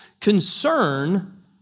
concern